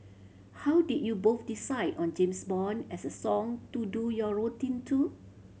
how did you both decide on James Bond as a song to do your routine to